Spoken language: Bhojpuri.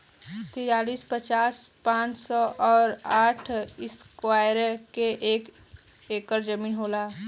तिरालिस हजार पांच सौ और साठ इस्क्वायर के एक ऐकर जमीन होला